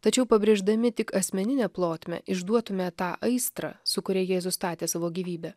tačiau pabrėždami tik asmeninę plotmę išduotume tą aistrą su kuria jėzus statė savo gyvybę